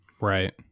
Right